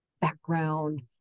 background